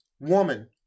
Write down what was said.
woman